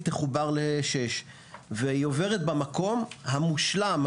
תחובר לכביש 6. היא עוברת במקום המושלם,